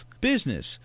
business